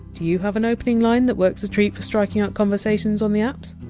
do you have an opening line that works a treat for striking up conversations on the apps?